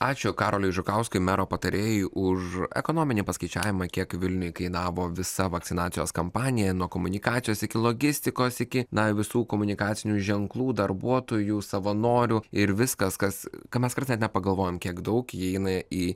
ačiū karoliui žukauskui mero patarėjui už ekonominį paskaičiavimą kiek vilniui kainavo visa vakcinacijos kampanija nuo komunikacijos iki logistikos iki na visų komunikacinių ženklų darbuotojų savanorių ir viskas kas ką mes kartais net nepagalvojam kiek daug įeina į